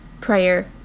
prayer